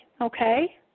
okay